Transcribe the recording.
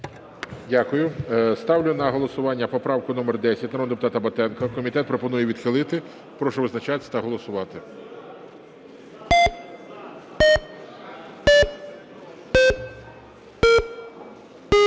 Дякую. Ставлю на голосування поправку номер 10 народного депутата Батенка. Комітет пропонує відхилити. Прошу визначатись та голосувати.